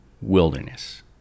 wilderness